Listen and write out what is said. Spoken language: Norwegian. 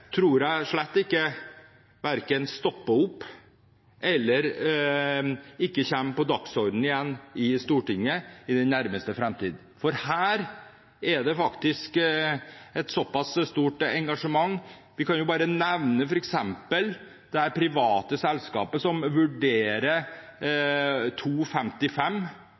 tror jeg verken stopper opp eller ikke kommer på dagsordenen igjen i Stortinget i den nærmeste framtid. For her er det faktisk et stort engasjement. Jeg kan bare nevne det private selskapet som vurderer en reisetid mellom Oslo og Stockholm på to